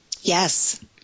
Yes